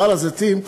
בהר-הזיתים,